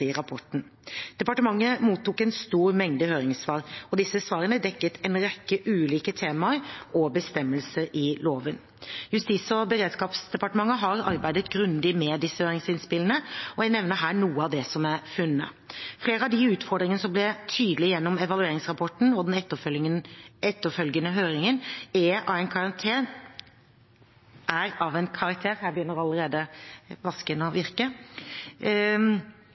i rapporten. Departementet mottok en stor mengde høringssvar, og disse svarene dekket en rekke ulike temaer og bestemmelser i loven. Justis- og beredskapsdepartementet har arbeidet grundig med disse høringsinnspillene, og jeg nevner her noe av det som er funnet. Flere av de utfordringene som ble tydelige gjennom evalueringsrapporten og den etterfølgende høringen, er av en karantene, unnskyld, karakter – her begynner allerede vasken å virke,